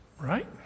Right